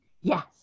Yes